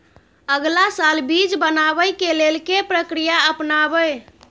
अगला साल बीज बनाबै के लेल के प्रक्रिया अपनाबय?